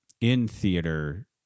in-theater